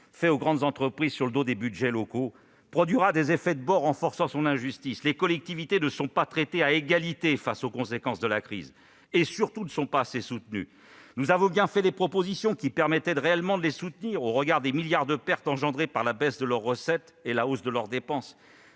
faits aux grandes entreprises sur le dos des budgets locaux produira des effets de bord renforçant son injustice. Les collectivités ne sont pas traitées à égalité face aux conséquences de la crise ; surtout, elles ne sont pas assez soutenues. Nous avions bien fait des propositions qui auraient permis de réellement les soutenir, au regard des milliards de pertes engendrées par la baisse de leurs recettes et la hausse de leurs dépenses.